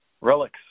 Relics